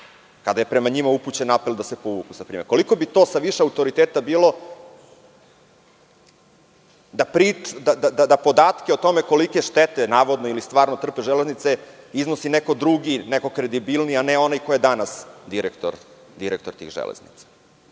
kada je prema njima upućen apel da se povuku. Koliko bi to sa više autoriteta bilo da podatke o tome kolike štete navodno ili stvarno trpe železnice iznosi neko drugi, neko kredibilniji, a ne onaj koji je danas direktor tih železnica.